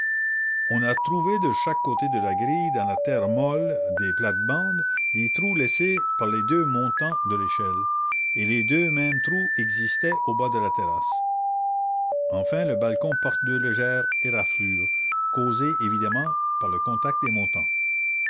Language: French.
on a trouvé de chaque côté de la grille dans la terre molle des plates-bandes des trous laissés par les deux montants de l'échelle et les deux mêmes trous existaient au bas de la terrasse enfin le balcon porte deux légères éraflures causées évidemment par le contact des montants